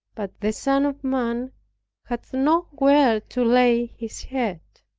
but the son of man hath not where to lay his head.